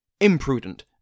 imprudent